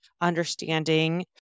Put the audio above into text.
understanding